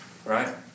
Right